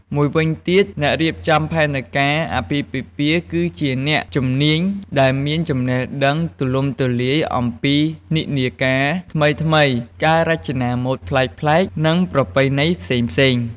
មួយវិញទៀត អ្នករៀបចំផែនការអាពាហ៍ពិពាហ៍គឺជាអ្នកជំនាញដែលមានចំណេះដឹងទូលំទូលាយអំពីនិន្នាការថ្មីៗ ការរចនាម៉ូដប្លែកៗ និងប្រពៃណីផ្សេងៗ។